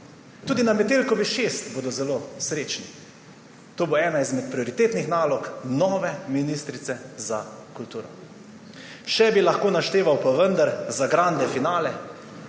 Tudi na Metelkovi 6 bodo zelo srečni. To bo ena izmed prioritetnih nalog nove ministrice za kulturo. Še bi lahko našteval, pa vendar, za grande finale